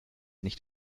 nicht